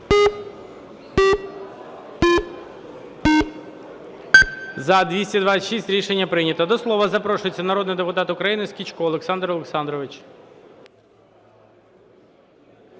За-226 Рішення прийнято. До слова запрошується народний депутат України Скічко Олександр Олександрович.